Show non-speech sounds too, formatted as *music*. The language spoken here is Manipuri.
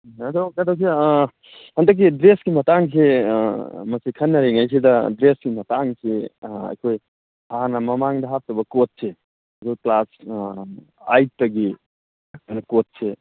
ꯑꯗꯣ *unintelligible* ꯍꯟꯗꯛꯀꯤ ꯗ꯭ꯔꯦꯁꯀꯤ ꯃꯇꯥꯡꯁꯤ ꯃꯁꯤ ꯈꯟꯅꯔꯤꯁꯤꯗ ꯗ꯭꯭ꯔꯦꯁꯀꯤ ꯃꯇꯥꯡꯁꯤ ꯑꯩꯈꯣꯏ ꯍꯥꯟꯅ ꯃꯃꯥꯡꯗ ꯍꯥꯞꯈꯤꯕ ꯀꯣꯠꯁꯤ ꯑꯗꯨ ꯀ꯭ꯂꯥꯁ ꯑꯩꯠꯇꯒꯤ ꯀꯣꯠꯁꯦ